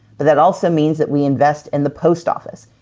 but that also means that we invest in the post office,